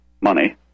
money